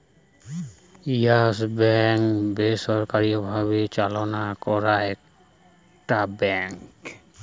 yes Bank বেসরকারি ভাবে চালনা করা একটা ব্যাঙ্ক